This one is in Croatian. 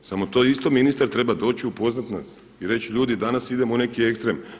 Samo to isto ministar treba doći i upoznat nas i reći ljudi danas idemo u neki ekstrem.